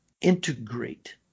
integrate